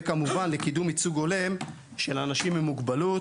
וכמובן לקידום ייצוג הולם לאנשים עם מוגבלות